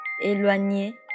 éloigné